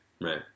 right